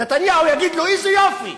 נתניהו יגיד לו: איזה יופי.